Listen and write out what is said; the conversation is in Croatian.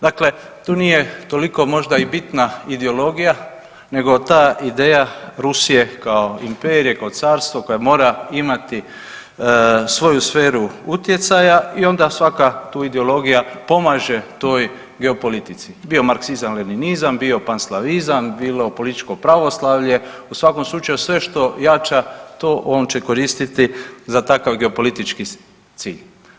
Dakle, tu nije toliko možda i bitna ideologija, nego ta ideja Rusije kao imperije, kao carstvo koja mora imati svoju sferu utjecaja i ona svaka tu ideologija pomaže toj geopolitici bio marksizam ili lenjinizam, bio panslavizam, bilo političko pravoslavlje, u svakom slučaju sve što jača to on će koristiti za takav geopolitički cilj.